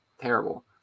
terrible